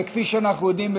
וכפי שאנחנו יודעים,